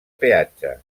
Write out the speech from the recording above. peatge